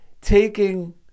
taking